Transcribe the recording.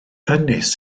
ynys